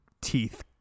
teeth